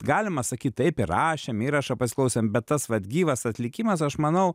galima sakyt taip įrašėm įrašą pasiklausėm bet tas vat gyvas atlikimas aš manau